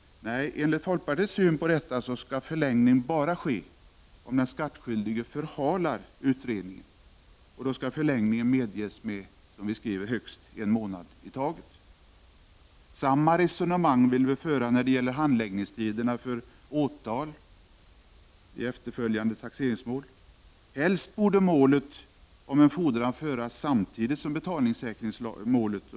Nej, som vi i folkpartiet ser detta skall förlängning ske endast om den skattskyldige förhalar utredningen, och då skall förlängning medges med, som vi skriver, högst en månad i taget. Samma resonemang tycker vi skall gälla för handläggningstiderna i fråga om efterföljande taxeringsmål. Helst borde mål om en fordran föras samti 145 digt med betalningssäkringsmål.